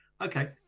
Okay